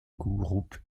groupe